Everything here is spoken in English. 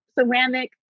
ceramic